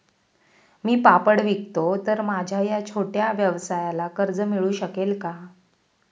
मी पापड विकतो तर माझ्या या छोट्या व्यवसायाला कर्ज मिळू शकेल का?